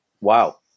Wow